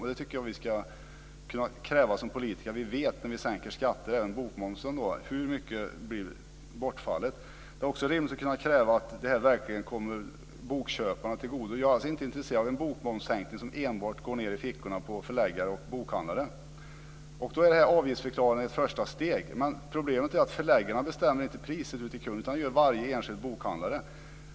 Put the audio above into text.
Hur stort bortfallet blir när vi sänker bokmomsen tycker jag att man ska kunna kräva av oss politiker att vi vet. Det är också rimligt att kunna kräva att detta verkligen kommer bokköparna till godo. Jag är inte intresserad av en bokmomssänkning som enbart går ned i fickorna på förläggare och bokhandlare. Då är avgiftsförklaringen ett första steg, men problemet är att förläggarna inte bestämmer priserna ut till kund. Det gör varje enskild bokhandlare.